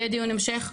יהיה דיון המשך,